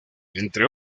entre